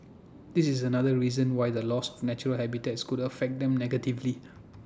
that is another reason why the loss of natural habitats could affect them negatively